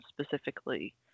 specifically